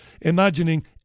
imagining